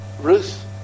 Ruth